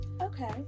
Okay